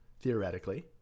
theoretically